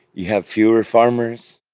you have fewer farmers,